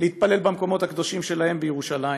להתפלל במקומות הקדושים שלהם בירושלים.